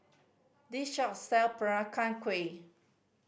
this shop sell Peranakan Kueh